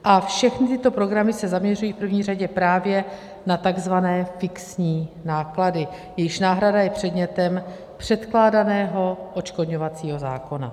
A všechny tyto programy se zaměřují v první řadě právě na takzvané fixní náklady, jejichž náhrada je předmětem předkládaného odškodňovacího zákona.